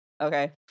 okay